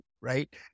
right